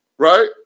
Right